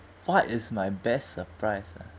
what is my best surprise ah